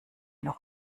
noch